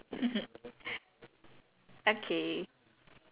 oh okay okay let me know how it goes